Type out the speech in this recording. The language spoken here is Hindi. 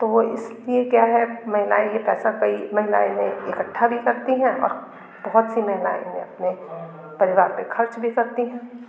तो वो ईसलिए क्या है महिलाएँ यह पैसा कई महिलाएँ ने इकट्ठा भी करती हैं बहुत से महिलाएँ ने अपने परिवार पर खर्च भी करती हैं